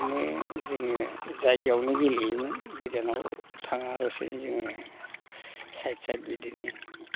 बिदिनो जोङो जायगायावनो गेलेयोमोन गोजानाव थाङाल'सेनो जोङो साइट साइट बिदिनो